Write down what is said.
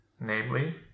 namely